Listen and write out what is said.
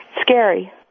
Scary